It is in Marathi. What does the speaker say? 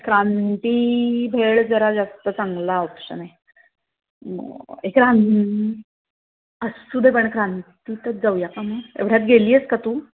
क्रांती भेळ जरा जास्त चांगला ऑप्शन आहे ए क्रां असूदे पण क्रांतीच जाऊया का मग एवढ्यात गेली आहेस का तू